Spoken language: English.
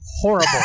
horrible